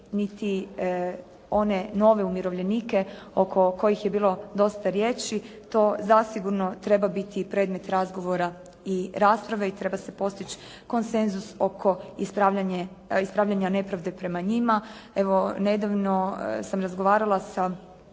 niti one nove umirovljenike oko kojih je bilo dosta riječi, to zasigurno treba biti i predmet razgovora i rasprave i treba se postići konsenzus oko ispravljanja nepravde prema njima. Evo nedavno sam razgovarala sa